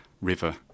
river